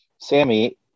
Sammy